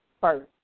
first